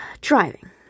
Driving